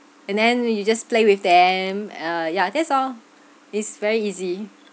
and then we will just play with them uh yeah that's all it's very easy